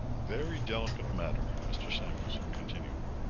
very delicate matter, mr. samuelson continued,